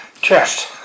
chest